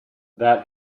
that